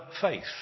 faith